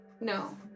no